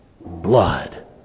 blood